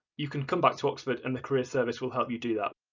you can come back to oxford and the careers service will help you do that.